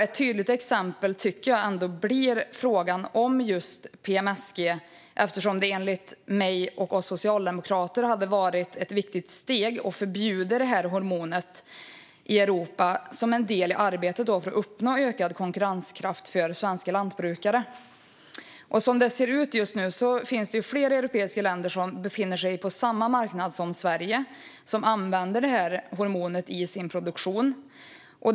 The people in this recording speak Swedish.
Ett tydligt exempel tycker jag ändå blir frågan om just PMSG, eftersom det enligt mig och oss socialdemokrater hade varit ett viktigt steg att förbjuda detta hormon i Europa som en del i arbetet för att uppnå ökad konkurrenskraft för svenska lantbrukare. Som det ser ut just nu finns det flera europeiska länder som befinner sig på samma marknad som Sverige och som använder detta hormon i sin produktion.